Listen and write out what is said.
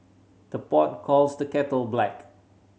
the pot calls the kettle black